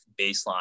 baseline